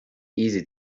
easy